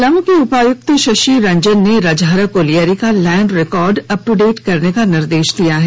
पलामू के उपायुक्त शषि रंजन ने रजहारा कोलियरी का land record up to date करने का निर्देष दिया है